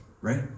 Right